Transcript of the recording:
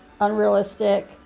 unrealistic